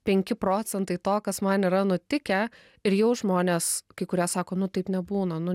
penki procentai to kas man yra nutikę ir jau žmonės kai kurie sako nu taip nebūna nu